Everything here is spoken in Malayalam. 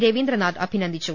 രവീ ന്ദ്രനാഥ് അഭിനന്ദിച്ചു